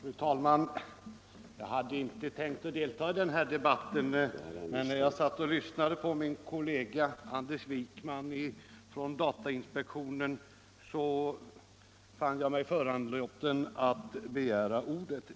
Fru talman! Jag hade inte tänkt delta i den här debatten, men när jag satt och lyssnade på min kollega Anders Wijkman från datainspektionen fann jag mig föranlåten att begära ordet.